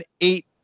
eight